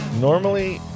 Normally